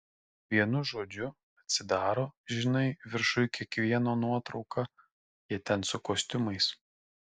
vienu žodžiu atsidaro žinai viršuj kiekvieno nuotrauka jie ten su kostiumais